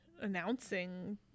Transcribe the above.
announcing